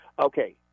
Okay